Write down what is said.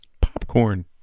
popcorn